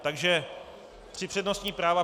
Takže tři přednostní práva.